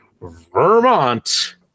Vermont